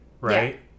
right